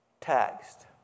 taxed